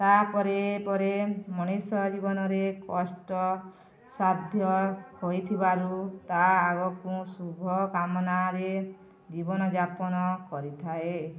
ତାପ ପରେ ପରେ ମଣିଷ ଜୀବନରେ କଷ୍ଟ ସାଧ୍ୟ ହୋଇଥିବାରୁ ତା ଆଗକୁ ଶୁଭ କାମନାରେ ଜୀବନଯାପନ କରିଥାଏ